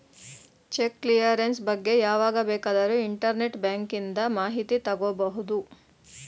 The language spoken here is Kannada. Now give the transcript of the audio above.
ಚೆಕ್ ಕ್ಲಿಯರೆನ್ಸ್ ಬಗ್ಗೆ ಯಾವಾಗ ಬೇಕಾದರೂ ಇಂಟರ್ನೆಟ್ ಬ್ಯಾಂಕಿಂದ ಮಾಹಿತಿ ತಗೋಬಹುದು